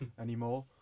anymore